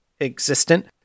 existent